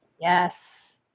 Yes